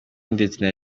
ndetse